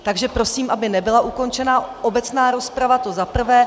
Takže prosím, aby nebyla ukončena obecná rozprava, to za prvé.